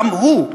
גם הוא,